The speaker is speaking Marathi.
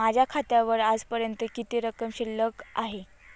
माझ्या खात्यावर आजपर्यंत किती रक्कम शिल्लक आहे?